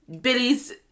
Billy's